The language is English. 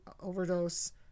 overdose